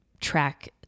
track